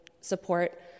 support